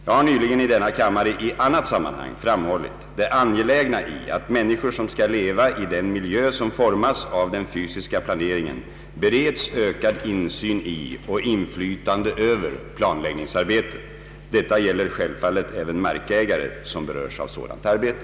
Jag har nyligen i denna kammare i annat sammanhang framhållit det angelägna i att människor som skall leva i den miljö som formas av den fysiska planeringen bereds ökad insyn i och inflytande över planläggningsarbetet. Detta gäller självfallet även markägare som berörs av sådant arbete.